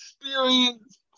experience